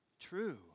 true